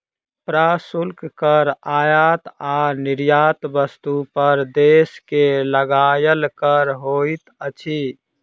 प्रशुल्क कर आयात आ निर्यात वस्तु पर देश के लगायल कर होइत अछि